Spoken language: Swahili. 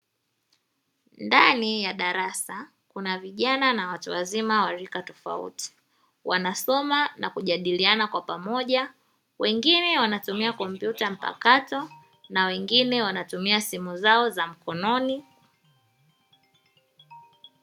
Ndani ya darasa kuna vijana na watu wazima wa rika tofauti, wanasoma na kujadiliana kwa pamoja, wengine wanatumia kompyuta mpakato na wengine wanatumia simu zao za mkononi.